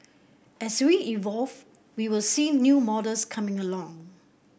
as we evolve we will see new models coming along